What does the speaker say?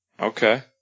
Okay